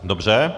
Dobře.